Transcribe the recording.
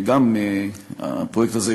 הפרויקט הזה,